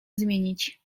zmienić